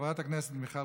חברת הכנסת מיכל